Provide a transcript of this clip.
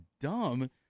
dumb